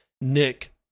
Nick